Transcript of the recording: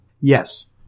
Yes